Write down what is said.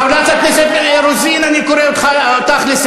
חברת הכנסת רוזין, אני קורא אותך לסדר.